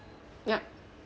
yup